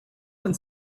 one